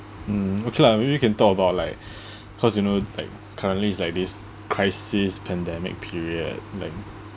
mm okay lah maybe we can talk about like cause we know like currently it's like this crisis pandemic period like